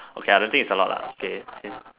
okay I don't think is a lot lah okay since